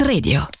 Radio